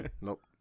nope